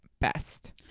best